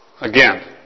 Again